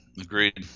Agreed